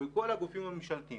ובכל הגופים הממשלתיים,